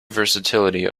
versatility